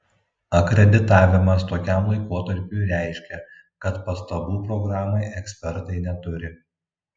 akreditavimas tokiam laikotarpiui reiškia kad pastabų programai ekspertai neturi